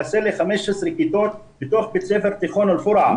חסר לי 15 כיתות בתוך בית ספר תיכון אל פורעה.